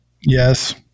Yes